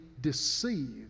deceived